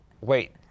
Wait